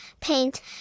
paint